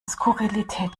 skurrilität